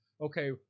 okay